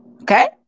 okay